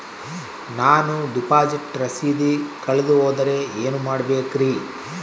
ನಾನು ಡಿಪಾಸಿಟ್ ರಸೇದಿ ಕಳೆದುಹೋದರೆ ಏನು ಮಾಡಬೇಕ್ರಿ?